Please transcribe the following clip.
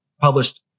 published